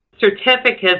certificates